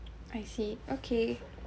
I see okay